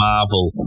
Marvel